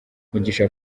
mugisha